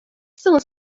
соң